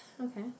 Okay